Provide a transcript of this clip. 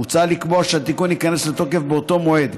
מוצע לקבוע שהתיקון ייכנס לתוקף באותו מועד,